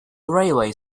railway